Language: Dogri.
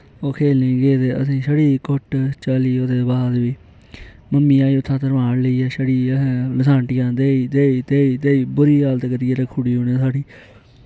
ओह् खेलने गी गे ते असें गी छड़ी घुट्ट चली मम्मी आई उत्थां तरमाड लेईयै आंटिआ देई देई बूरी हालत करूी ओड़ी साढ़ी